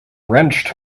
wrenched